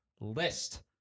list